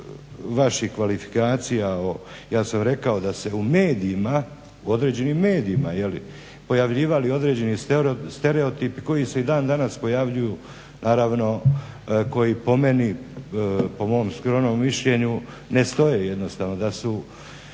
vaših kvalifikacija, ja sam rekao da se u medijima, u određenim medijima pojavljivali određeni stereotipi koji se i dan danas pojavljuju naravno koji po meni, po mom skromnom mišljenju ne stoje jednostavno da su